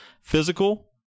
Physical